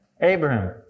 Abraham